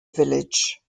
village